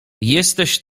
jesteś